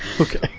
Okay